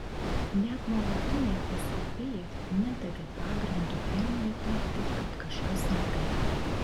net nuolatinė echoskopija nedavė pagrindo emai įtarti kad kažkas ne taip